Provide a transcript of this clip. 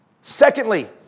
secondly